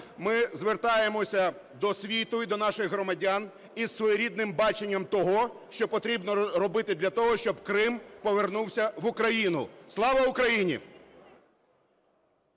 ми звертаємося до світу і до наших громадян із своєрідним баченням того, що потрібно робити для того, щоб Крим повернувся в Україну. Слава Україні!